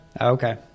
Okay